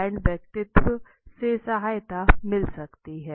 brand व्यक्तित्व से सहायता मिल सकती हैं